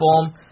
form